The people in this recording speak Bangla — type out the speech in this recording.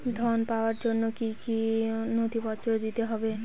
ঋণ পাবার জন্য কি কী নথিপত্র দিতে হবে?